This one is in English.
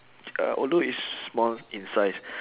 ya although it's small in size